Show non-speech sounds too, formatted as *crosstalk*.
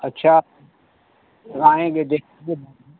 अच्छा आएँगे देख *unintelligible*